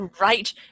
right